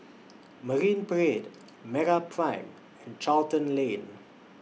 Marine Parade Meraprime and Charlton Lane